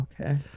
Okay